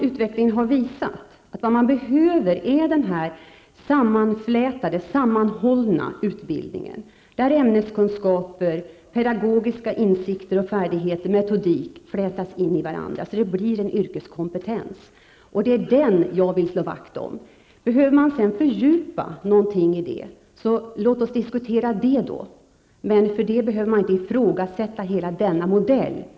Utvecklingen har ju visat, att vad man behöver är den här sammanflätade, sammanhållna utbildningen, där ämneskunskaper, pedagogiska insikter och färdigheter samt metodik flätas in i varandra, så att det blir en yrkeskompetens. Det är den jag vill slå vakt om. Behöver någonting i det fördjupas, låt oss diskutera det då, men för det behöver man inte ifrågasätta hela denna modell.